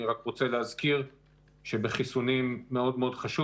אני רק רוצה להזכיר שבחיסונים מאוד מאוד חשוב